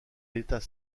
l’état